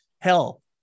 hell